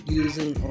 using